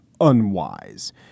unwise